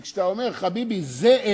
כי כשאתה אומר, חביבי, זה אין,